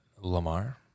Lamar